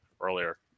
earlier